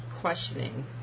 questioning